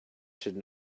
should